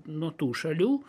nuo tų šalių